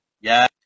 Yes